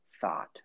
thought